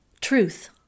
Truth